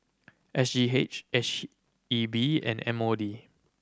S G H H E B and M O D